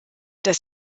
das